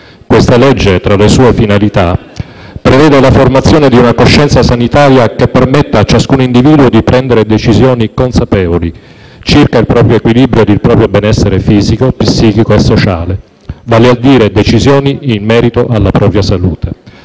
Tale legge, tra le sue finalità, prevede la formazione di una coscienza sanitaria che permetta a ciascun individuo di prendere decisioni consapevoli circa il proprio equilibrio e il proprio benessere fisico, psichico e sociale, vale a dire decisioni in merito alla propria salute.